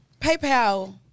PayPal